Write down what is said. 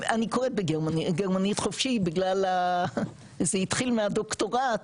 אני קוראת גרמנית חופשי בגלל זה התחיל מהדוקטורט,